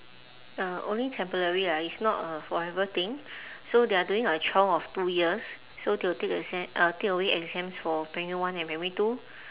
uh only temporary lah it's not a forever thing so they are doing a trial of two years so they will take exa~ uh take away exams for primary one and primary two